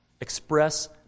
express